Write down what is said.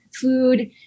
food